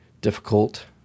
difficult